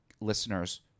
listeners